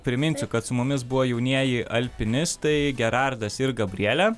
priminsiu kad su mumis buvo jaunieji alpinistai gerardas ir gabrielė